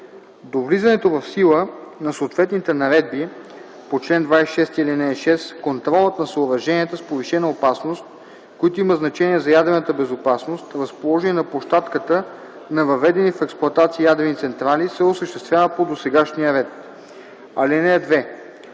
До влизането в сила на съответните наредби по чл. 26, ал. 6 контролът на съоръженията с повишена опасност, които имат значение за ядрената безопасност, разположени на площадката на въведени в експлоатация ядрени централи, се осъществява по досегашния ред. (2)